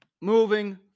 Moving